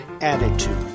attitude